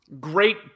great